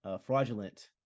fraudulent